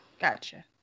gotcha